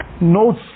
notes